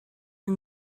yng